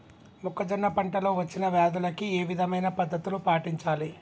మొక్కజొన్న పంట లో వచ్చిన వ్యాధులకి ఏ విధమైన పద్ధతులు పాటించాలి?